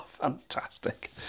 fantastic